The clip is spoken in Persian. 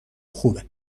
خوبه